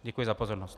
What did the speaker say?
Děkuji za pozornost.